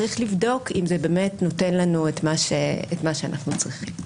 צריך לבדוק אם זה באמת נותן לנו את מה שאנחנו צריכים.